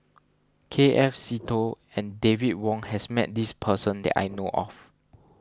K F Seetoh and David Wong has met this person that I know of